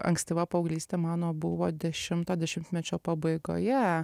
ankstyva paauglystė mano buvo dešimto dešimtmečio pabaigoje